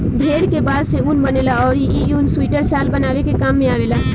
भेड़ के बाल से ऊन बनेला अउरी इ ऊन सुइटर, शाल बनावे के काम में आवेला